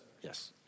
yes